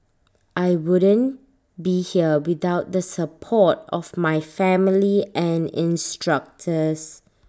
I wouldn't be here without the support of my family and instructors